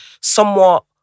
somewhat